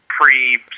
pre